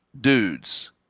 dudes